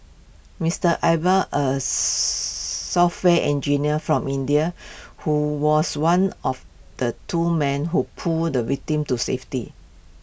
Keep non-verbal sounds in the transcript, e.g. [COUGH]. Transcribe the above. Mister Iqbal A [UNINTELLIGIBLE] software engineer from India who was one of the two men who pulled the victim to safety